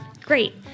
Great